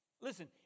Listen